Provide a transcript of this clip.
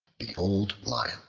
the old lion